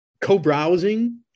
co-browsing